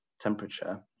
temperature